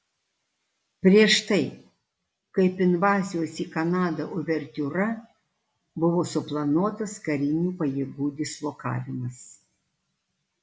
prieš tai kaip invazijos į kanadą uvertiūra buvo suplanuotas karinių pajėgų dislokavimas